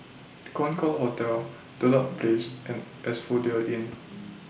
Concorde Hotel Dedap Place and Asphodel Inn